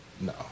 No